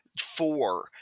four